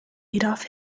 adolf